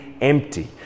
empty